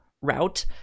route